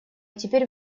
теперь